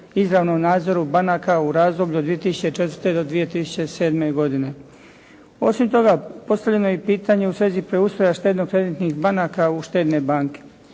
izravnom nadzoru banaka u razdoblju od 2004. do 2007. godine. Osim toga, postavljeno je i pitanje u svezi preustroja štedno-kreditnih banaka u štedne banke.